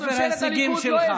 בספר ההישגים שלך.